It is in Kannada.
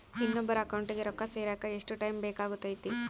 ಇನ್ನೊಬ್ಬರ ಅಕೌಂಟಿಗೆ ರೊಕ್ಕ ಸೇರಕ ಎಷ್ಟು ಟೈಮ್ ಬೇಕಾಗುತೈತಿ?